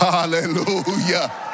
Hallelujah